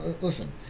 listen